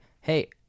hey